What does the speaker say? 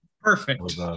perfect